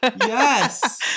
Yes